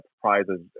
prizes